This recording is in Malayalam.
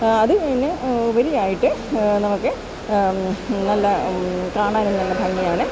അത് അതിന് ഉപരിയായിട്ട് നമുക്ക് നല്ല കാണാനും നല്ല ഭംഗിയാണ്